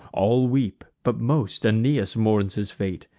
all weep but most aeneas mourns his fate,